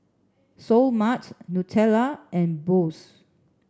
Seoul Mart Nutella and Bose